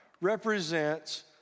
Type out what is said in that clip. represents